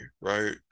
right